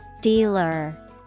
Dealer